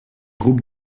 groupe